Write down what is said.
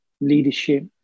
leadership